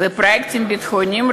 ופרויקטים ביטחוניים,